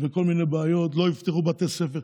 וכל מיני בעיות, לא יפתחו בתי ספר.